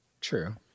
True